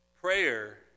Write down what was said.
prayer